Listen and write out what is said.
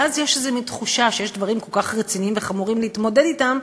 ואז יש איזה מין תחושה שיש דברים כל כך רציניים וחמורים להתמודד אתם,